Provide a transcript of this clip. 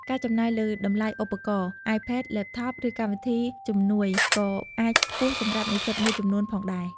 ការចំណាយលើ តម្លៃឧបករណ៍ អាយផេត, ឡេបថប ឬកម្មវិធីជំនួយ ក៏អាចខ្ពស់សម្រាប់និស្សិតមួយចំនួនផងដែរ។